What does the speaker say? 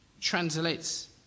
translates